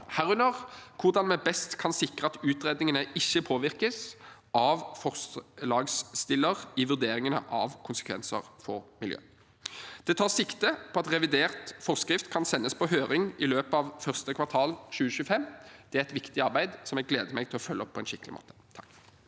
herunder hvordan vi best kan sikre at utredningene ikke påvirkes av forslagsstiller i vurderingene av konsekvenser for miljø. Det tas sikte på at revidert forskrift kan sendes på høring i løpet av første kvartal i 2025. Det er et viktig arbeid som jeg gleder meg til å følge opp på en skikkelig måte.